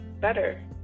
better